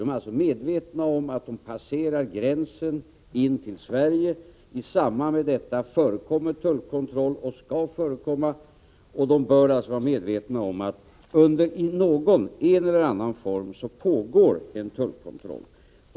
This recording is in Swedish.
De är alltså medvetna om att de passerar gränsen till Sverige och att det i samband med detta förekommer och skall förekomma tullkontroll. De bör således vara medvetna om att det i en eller annan form pågår tullkontroll.